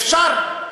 אפשר.